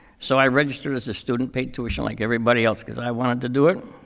so i registered as a student, paid tuition like everybody else. because i wanted to do it.